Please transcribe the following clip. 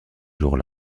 jour